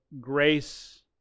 grace